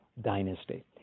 dynasty